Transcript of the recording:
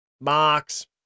marks